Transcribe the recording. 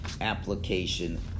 application